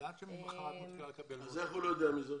איך הוא לא יודע על זה?